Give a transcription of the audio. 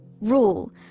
rule